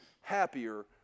happier